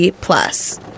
plus